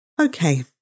Okay